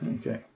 Okay